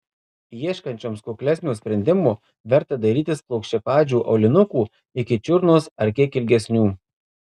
ieškančioms kuklesnio sprendimo verta dairytis plokščiapadžių aulinukų iki čiurnos ar kiek ilgesnių